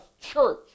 church